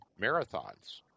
marathons